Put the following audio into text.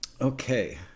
Okay